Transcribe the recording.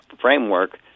framework